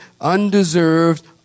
undeserved